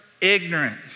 ignorance